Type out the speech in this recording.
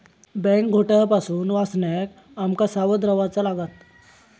bank घोटाळा पासून वाचण्याक आम का सावध रव्हाचा लागात